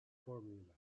formula